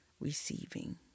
receiving